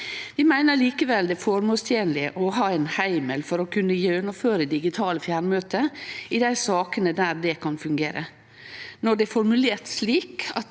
Vi meiner likevel det er føremålstenleg å ha ein heimel for å kunne gjennomføre digitale fjernmøte i dei sakene der det kan fungere. Når det er formulert slik at